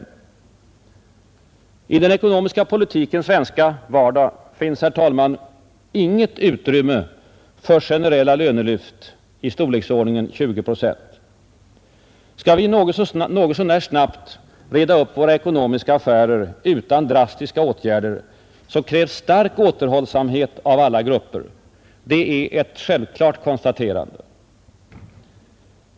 I den ekonomiska politikens svenska vardag finns, herr talman, inget utrymme för generella lönelyft i storleksordningen 20 procent. Skall vi något så när snart reda upp våra ekonomiska affärer utan drastiska åtgärder krävs stark återhållsamhet av alla grupper. Det är ett självklart konstaterande.